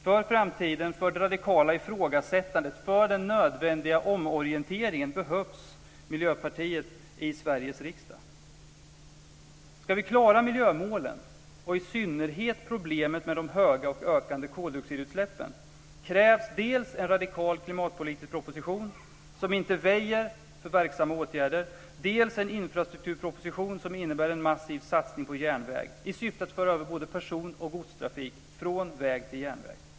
För framtiden, för det radikala ifrågasättandet och för den nödvändiga omorienteringen behövs Miljöpartiet i Sveriges riksdag. För att klara miljömålen och i synnerhet problemet med de höga och ökande koldioxidutsläppen krävs dels en radikal klimatpolitisk proposition som inte väjer för verksamma åtgärder, dels en infrastrukturproposition som innebär en massiv satsning på järnvägen i syfte att föra över både personoch godstrafik från väg till järnväg.